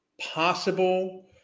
possible